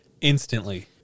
Instantly